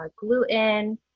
gluten